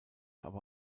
aber